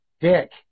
Dick